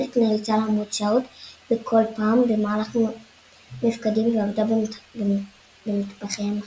מלניק נאלצה לעמוד שעות בכל פעם במהלך מפקדים ועבד במטבחי המחנה.